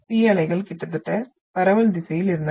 P அலைகள் கிட்டத்தட்ட பரவல் திசையில் இருந்தன